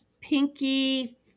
Pinky